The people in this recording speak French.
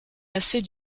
assez